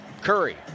Curry